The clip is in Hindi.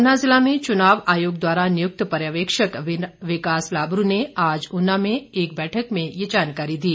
ऊना जिला में चुनाव आयोग द्वारा नियुक्त पर्यवेक्षक विकास लाबरू ने आज ऊना में एक बैठक में ये जानकारी दी